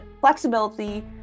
flexibility